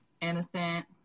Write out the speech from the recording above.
innocent